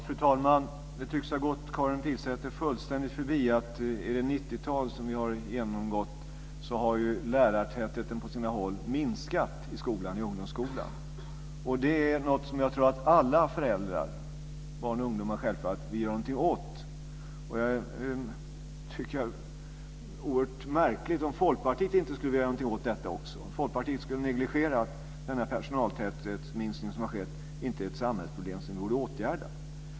Fru talman! Det tycks ha gått Karin Pilsäter fullständigt förbi att under det 90-tal som vi har genomgått har lärartätheten på sina håll minskat i ungdomsskolan. Det är något som jag tror alla föräldrar, barn och ungdomar självfallet vill göra någonting åt. Jag tycker att det vore oerhört märkligt om Folkpartiet inte skulle vilja göra någonting åt detta, att Folkpartiet skulle negligera att denna personaltäthetsminskning som skett inte är ett samhällsproblem som borde åtgärdas.